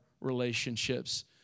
relationships